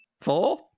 Four